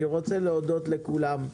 אני רוצה להודות לכולם,